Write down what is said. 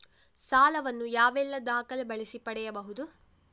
ಸಾಲ ವನ್ನು ಯಾವೆಲ್ಲ ದಾಖಲೆ ಬಳಸಿ ಪಡೆಯಬಹುದು?